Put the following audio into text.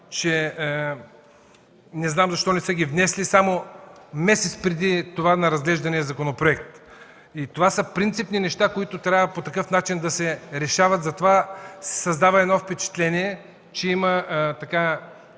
Не знам защо не са ги внесли месец преди разглеждането на законопроекта. Това са принципни неща, които трябва по такъв начин да се решават. Затова се създава впечатление, че има